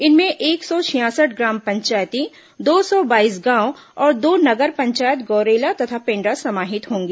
इनमें एक सौ छियासठ ग्राम पंचायतें दो सौ बाईस गांव और दो नगर पंचायत गौरेला तथा पेण्ड्रा समाहित होंगी